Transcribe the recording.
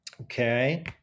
Okay